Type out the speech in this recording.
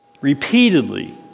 Repeatedly